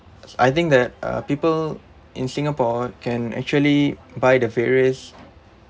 I think that uh people in singapore can actually buy the various